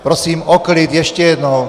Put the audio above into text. Prosím o klid, ještě jednou.